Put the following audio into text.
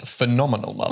Phenomenal